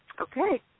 Okay